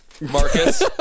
Marcus